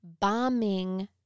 bombing